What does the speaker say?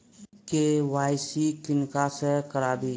KYC किनका से कराबी?